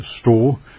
store